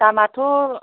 दामाथ'